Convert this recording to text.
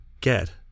get